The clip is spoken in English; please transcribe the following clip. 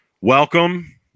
welcome